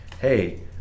hey